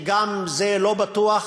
וגם זה לא בטוח.